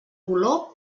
color